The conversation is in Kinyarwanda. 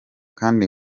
kandi